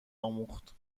آموخت